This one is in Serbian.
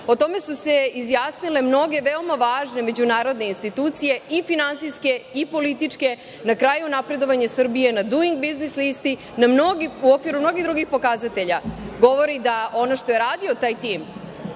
o tome su se izjasnile mnoge veoma važne međunarodne institucije i finansijske i političke. Na kraju, napredovanje Srbije na „duing biznis“ listi, u okviru mnogo drugih pokazatelja govori da ono što je radio taj tim